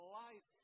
life